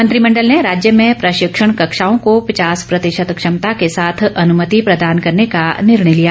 मंत्रिमंडल ने राज्य में प्रशिक्षण कक्षाओं को पचास प्रतिशत क्षमता के साथ अनुमति प्रदान करने का निर्णय लिया